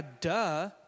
duh